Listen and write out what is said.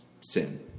sin